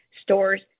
stores